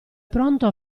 pronto